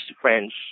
French